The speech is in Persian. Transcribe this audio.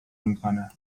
میکنه